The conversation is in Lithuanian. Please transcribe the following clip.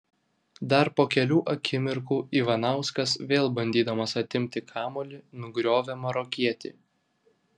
dar po kelių akimirkų ivanauskas vėl bandydamas atimti kamuolį nugriovė marokietį